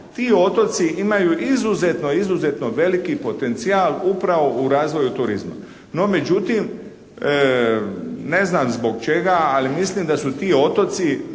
Ti otoci imaju izuzetno, izuzetno veliki potencijal upravo u razvoju turizma. No međutim, ne znam zbog čega, ali mislim da su ti otoci